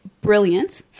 brilliant